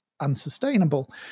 unsustainable